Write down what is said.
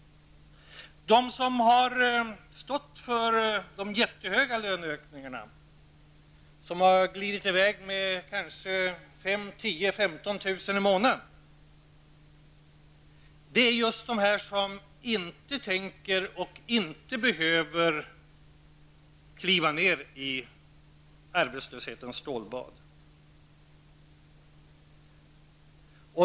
De som har stått för de jättehöga löneökningarna, som har glidit iväg med kanske 5 000, 10 000, 15 000 i månaden, är just de som inte tänker och inte behöver kliva ned i arbetslöshetens stålbad.